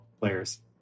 players